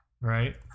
Right